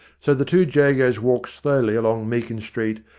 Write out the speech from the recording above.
so the two jagos walked slowly along meakin street,